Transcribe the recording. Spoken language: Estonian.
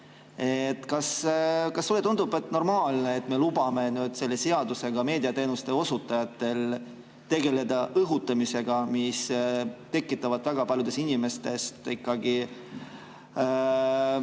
Kas sulle tundub normaalne, et me lubame selle seadusega meediateenuste osutajatel tegeleda õhutamisega, mis tekitab väga paljudes inimestes ikkagi